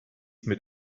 mit